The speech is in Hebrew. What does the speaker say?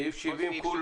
מצביעים על סעיף 70 כולו.